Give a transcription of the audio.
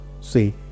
say